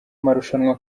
marushanwa